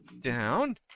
down